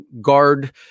guard